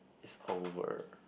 it's over